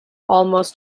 almost